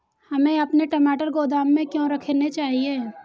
हमें अपने टमाटर गोदाम में क्यों रखने चाहिए?